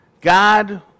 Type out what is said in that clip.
God